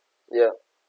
ya